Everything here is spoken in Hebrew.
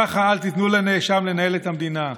ככה אל תיתנו לנאשם לנהל את המדינה.